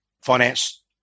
finance